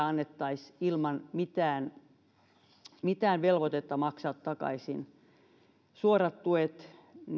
annettaisiin ilman mitään mitään velvoitetta maksaa takaisin suorat tuet